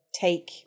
take